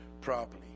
properly